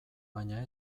baina